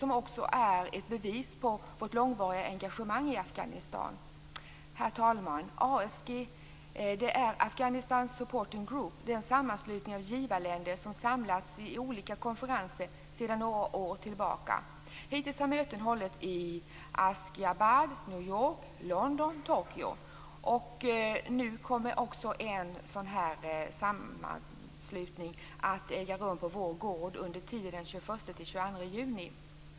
Det mötet är också ett bevis på vårt långvariga engagemang i Herr talman! ASG står för Afghanistan Support Group, en sammanslutning av givarländer som sedan några år tillbaka samlas vid olika konferenser. Hittills har möten hållits i Askhalabad, New York, London och Tokyo. Nu kommer också en sammanslutning att äga rum på Vår Gård under tiden den 21-22 juni.